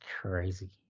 crazy